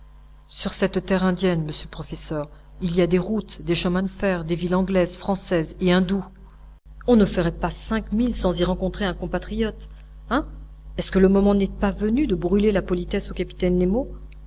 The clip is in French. sur cette terre indienne monsieur le professeur il y a des routes des chemins de fer des villes anglaises françaises et indoues on ne ferait pas cinq milles sans y rencontrer un compatriote hein est-ce que le moment n'est pas venu de brûler la politesse au capitaine nemo